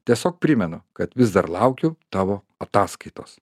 tiesiog primenu kad vis dar laukiu tavo ataskaitos